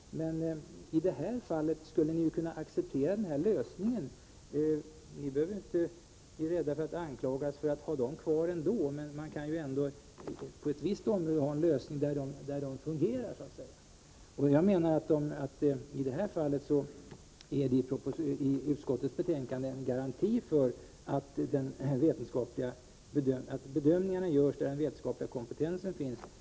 — men i det här fallet skulle ni ju kunna acceptera denna lösning. Ni behöver inte bli rädda för att anklagas för att ha dem kvar ändå. Men man kan ju på ett visst område ha en lösning där de fungerar. Jag menar att i det här fallet finns i utskottsbetänkandet en garanti för att bedömningarna görs där den vetenskapliga kompetensen finns.